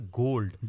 gold